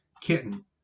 kitten